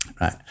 right